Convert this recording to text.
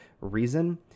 reason